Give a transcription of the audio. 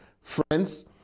Friends